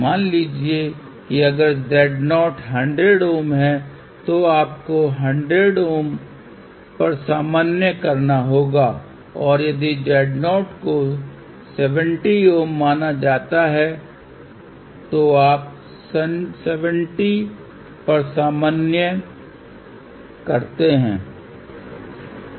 मान लीजिए अगर Z0 100 Ω है तो आपको 100 पर सामान्य करना होगा और यदि Z0 को 70 Ω माना जाता है तो आप 70 Ω पर सामान्य करते हैं